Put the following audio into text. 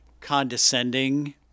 condescending